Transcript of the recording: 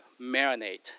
marinate